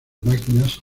máquinas